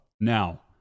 now